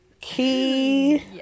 key